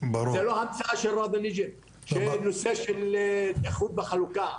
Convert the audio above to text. זה לא המצאה של ראדי נג'ם של נושא של איחוד וחלוקה,